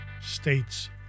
States